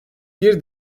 bir